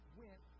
went